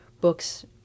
books